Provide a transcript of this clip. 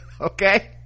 okay